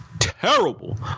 Terrible